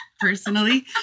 personally